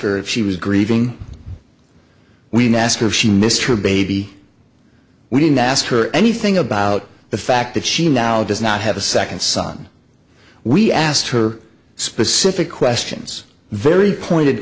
her if she was grieving we nester she missed her baby we didn't ask her anything about the fact that she now does not have a second son we asked her specific questions very pointed